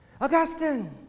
augustine